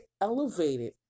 elevated